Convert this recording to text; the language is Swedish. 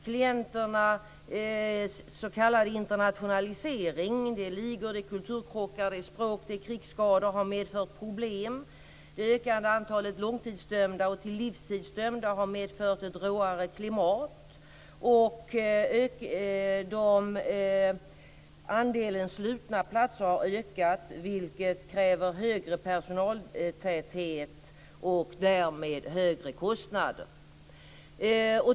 Klienternas s.k. internationalisering - det är ligor, kulturkrockar, språk och krigsskador - har medfört problem. Det ökade antalet långtidsdömda och livstidsdömda har medfört ett råare klimat. Andelen slutna platser har ökat, vilket kräver högre personaltäthet och därmed högre kostnader.